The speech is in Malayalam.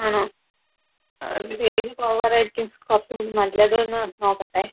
ആണോ അതിപ്പോൾ ഏത് കളറായിരിക്കും കുറച്ചും കൂടി നല്ലതെന്ന് നോക്കട്ടെ